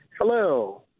Hello